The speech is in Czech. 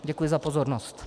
Děkuji za pozornost.